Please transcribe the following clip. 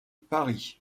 paris